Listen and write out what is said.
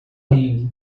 ringue